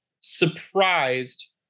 surprised